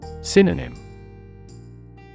Synonym